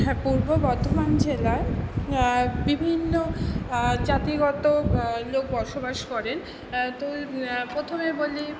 হ্যাঁ পূর্ব বর্ধমান জেলার বিভিন্ন জাতিগত লোক বসবাস করেন তো প্রথমে বলি